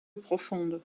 profonde